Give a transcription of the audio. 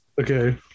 Okay